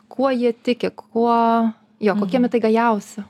kuo jie tiki kuo jo kokie mitai gajausi